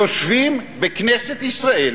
יושבים בכנסת ישראל